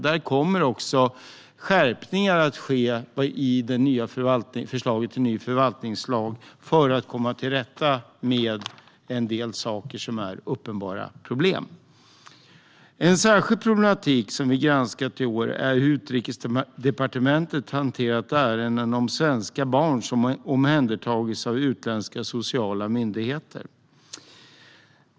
Där kommer skärpningar att ske i förslaget till ny förvaltningslag för att man ska komma till rätta med en del saker som är uppenbara problem. En särskild problematik som KU har granskat i år är hur Utrikesdepartementet har hanterat ärenden om svenska barn som har omhändertagits av utländska sociala myndigheter.